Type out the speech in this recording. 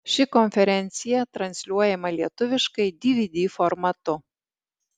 ši konferencija transliuojama lietuviškai dvd formatu